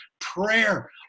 prayer